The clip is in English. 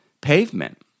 pavement